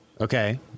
Okay